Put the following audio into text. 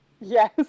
Yes